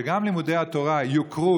שגם לימודי התורה יוכרו,